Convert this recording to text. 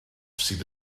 sydd